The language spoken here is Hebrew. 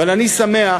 אבל אני שמח